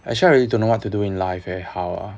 actually I really don't know what to do in life eh how ah